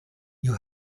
you